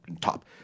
top